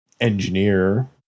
engineer